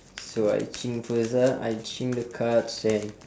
so I shing first ah I shing the cards and